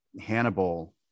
Hannibal